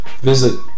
visit